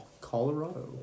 Colorado